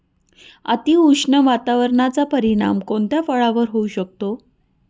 अतिउष्ण वातावरणाचा परिणाम कोणत्या फळावर होऊ शकतो?